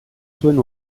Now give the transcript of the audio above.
zuen